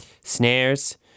snares